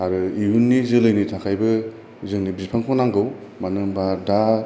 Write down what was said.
आरो इयुननि जोलैनि थाखायबो जोंनो बिफांखौ नांगौ मानो होनोब्ला दा